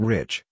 Rich